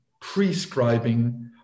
prescribing